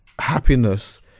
happiness